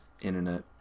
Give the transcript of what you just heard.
Internet